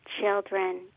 Children